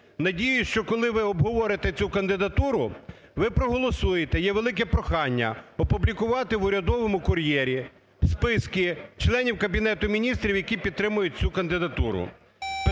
Надіюсь, що коли ви обговорите цю кандидатуру, ви проголосуєте. Є велике прохання опублікувати в "Урядовому кур'єрі" списки членів Кабінету Міністрів, які підтримують цю кандидатуру.